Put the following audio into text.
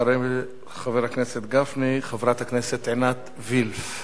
אחרי חבר הכנסת גפני, חברת הכנסת עינת וילף.